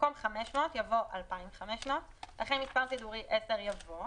במקום "500" יבוא "2,500"; אחרי מס"ד (10) יבוא: